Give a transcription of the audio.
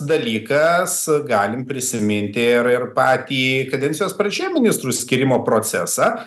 dalykas galim prisiminti ir ir patį kadencijos pradžioje ministrų skyrimo procesą